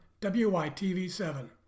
WITV7